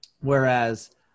Whereas